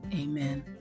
amen